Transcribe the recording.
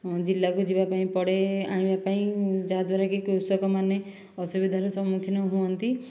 ଜିଲ୍ଲାକୁ ଯିବା ପାଇଁ ପଡ଼େ ଆଣିବା ପାଇଁ ଯାହାଦ୍ୱାରା କି କୃଷକ ମାନେ ଅସୁବିଧାର ସମ୍ମୁଖୀନ ହୁଅନ୍ତି